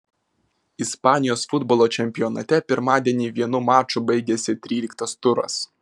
ispanijos futbolo čempionate pirmadienį vienu maču baigėsi tryliktas turas